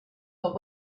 but